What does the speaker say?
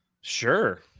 Sure